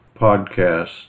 podcast